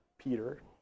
Peter